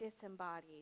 disembodied